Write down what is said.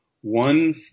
one